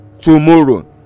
tomorrow